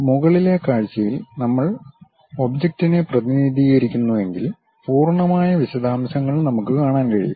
മുകളിലെ കാഴ്ചയിൽ നമ്മൾ ഒബ്ജക്റ്റിനെ പ്രതിനിധീകരിക്കുന്നുവെങ്കിൽ പൂർണ്ണമായ വിശദാംശങ്ങൾ നമുക്ക് കാണാൻ കഴിയും